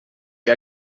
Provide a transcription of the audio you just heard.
que